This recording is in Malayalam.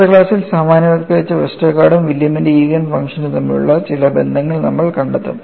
അടുത്ത ക്ലാസ്സിൽ സാമാന്യവൽക്കരിച്ച വെസ്റ്റർഗാർഡും വില്യമിന്റെ ഈജൻ ഫംഗ്ഷനും തമ്മിലുള്ള ചില ബന്ധങ്ങൾ നമ്മൾ കണ്ടെത്തും